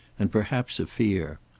and perhaps a fear.